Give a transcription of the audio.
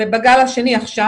בגל השני עכשיו,